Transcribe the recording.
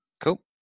cool